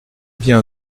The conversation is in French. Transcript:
bien